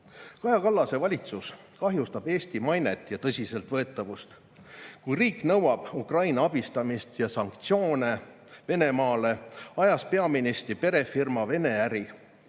Kallase valitsus kahjustab Eesti mainet ja tõsiseltvõetavust. Kui riik nõuab Ukraina abistamist ja sanktsioone Venemaale, on peaministri perefirma ajanud